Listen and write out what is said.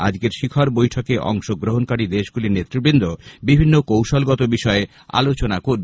আজকের শিখর বৈঠকে অংশগ্রহণকারী দেশগুলির নেতৃবৃন্দ বিভিন্ন কৌশলগত বিষয়ে আলোচনা করবেন